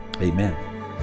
Amen